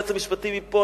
יועץ משפטי מפה,